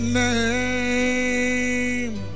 name